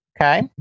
Okay